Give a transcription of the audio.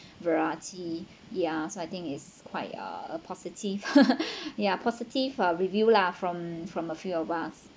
variety ya so I think is quite uh a positive ya positive uh review lah from from a few of us